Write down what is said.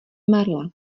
marla